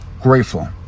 grateful